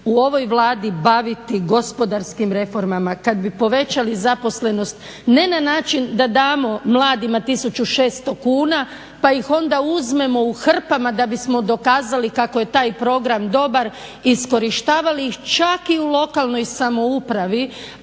u ovoj Vladi baviti gospodarskim reformama, kad bi povećali zaposlenost ne na način da damo mladima 1600 kuna pa ih onda uzmemo u hrpama da bismo dokazali kako je taj program dobar i iskorištavali ih čak i u lokalnoj samoupravi,